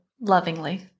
Lovingly